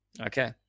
Okay